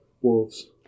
Wolves